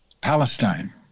Palestine